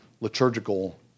liturgical